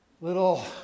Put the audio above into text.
little